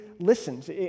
listens